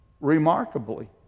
remarkably